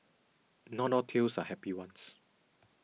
not all tales are happy ones